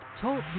Talk